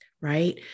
right